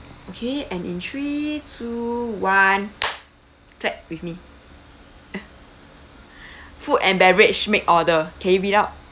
okay and in three two one clap with me food and beverage make order K read it up